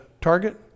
Target